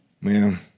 Man